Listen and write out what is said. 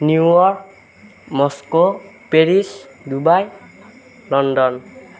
New York Moscow Paris Dubai London